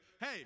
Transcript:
hey